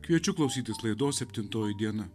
kviečiu klausytis laidos septintoji diena